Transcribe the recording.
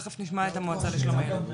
תכף נשמע את המועצה לשלום הילד.